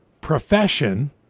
profession